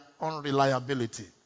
unreliability